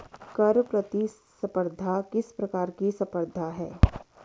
कर प्रतिस्पर्धा किस प्रकार की स्पर्धा है?